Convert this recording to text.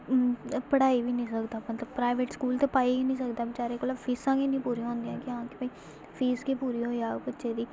पढ़ाई बी निं सकदा मतलब प्राइवेट स्कूल ते पाई गै निं सकदा बेचारे कोला फीसां बी नेईं पूरियां होंदियां कि हां कि भाई फीस गै पूरी होई जाह्ग बच्चे दी